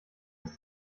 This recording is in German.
ist